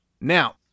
Now